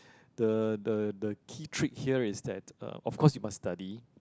the the the key trick here is that uh of course you must study